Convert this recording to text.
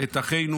את אחינו,